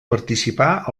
participà